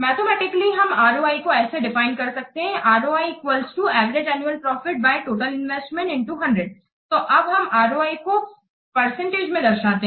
mathematically हम ROI को ऐसे डिफाइन कर सकते हैं ROI Average annual profit X 100 Total investment तो अब हम ROI को परसेंटेज में दर्शाते हैं